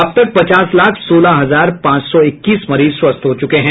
अब तक पचास लाख सोलह हजार पांच सौ इक्कीस मरीज स्वस्थ हो चूके हैं